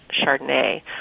Chardonnay